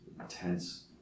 intense